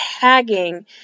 tagging